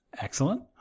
Excellent